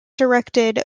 directed